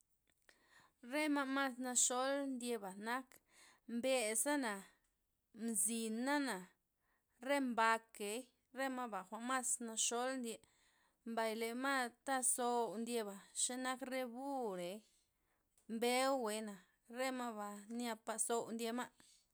Re ma' mas naxol ndyeba' nak mbe'sa'na, mzina'na, re mbakey, re ma'ba jwa'n mas naxol ndye, mbay lema' tazou ndyeba' xenak re burey, mbeu' weyna, re maba' nyapa zou, ndye ma'.